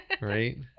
Right